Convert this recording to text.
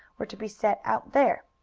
were to be set out there.